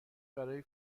برای